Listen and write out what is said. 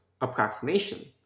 approximation